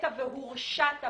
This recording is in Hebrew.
מה שאתם עושים פה,